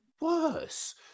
worse